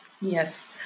Yes